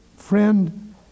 Friend